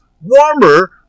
warmer